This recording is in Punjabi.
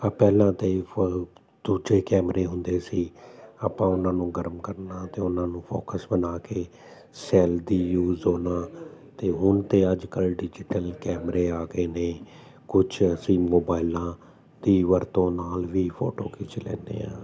ਪਹਿਲਾਂ ਤਾਂ ਦੂਜੇ ਕੈਮਰੇ ਹੁੰਦੇ ਸੀ ਆਪਾਂ ਉਹਨਾਂ ਨੂੰ ਗਰਮ ਕਰਨਾ ਅਤੇ ਉਹਨਾਂ ਨੂੰ ਫੋਕਸ ਬਣਾ ਕੇ ਸੈਲ ਦੀ ਯੂਜ ਹੋਣਾ ਅਤੇ ਹੁਣ ਤਾਂ ਅੱਜ ਕੱਲ੍ਹ ਡਿਜੀਟਲ ਕੈਮਰੇ ਆ ਗਏ ਨੇ ਕੁਝ ਅਸੀਂ ਮੋਬਾਈਲਾਂ ਦੀ ਵਰਤੋਂ ਨਾਲ ਵੀ ਫੋਟੋ ਖਿੱਚ ਲੈਂਦੇ ਆ